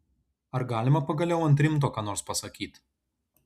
ar galima pagaliau ant rimto ką nors pasakyt